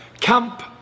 Camp